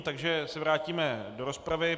Takže se vrátíme do rozpravy.